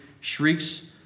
shrieks